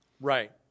Right